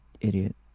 idiot